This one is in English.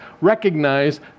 recognize